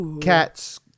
cats